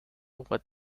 what